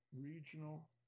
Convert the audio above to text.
regional